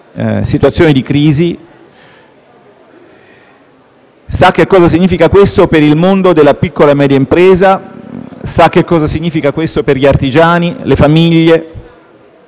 situazioni di crisi. Sa cosa significa questo per il mondo della piccola e media impresa e sa cosa significa questo per gli artigiani e per le famiglie